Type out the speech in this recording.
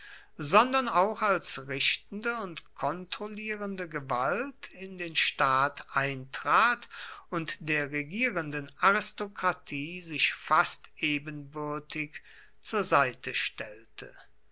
sondern auch als richtende und kontrollierende gewalt in den staat eintrat und der regierenden aristokratie sich fast ebenbürtig zur seite stellte